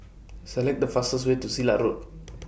Select The fastest Way to Silat Road